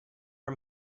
are